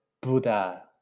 Buddha